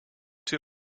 too